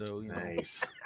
Nice